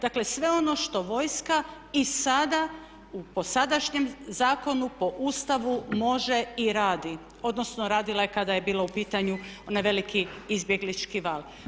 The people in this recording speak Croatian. Dakle, sve ono što vojska i sada po sadašnjem zakonu, po Ustavu može i radi, odnosno radila je kada je bila u pitanju onaj veliki izbjeglički val.